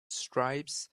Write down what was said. stripes